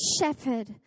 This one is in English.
shepherd